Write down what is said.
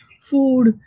food